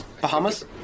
Bahamas